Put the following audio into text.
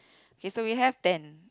okay so we have ten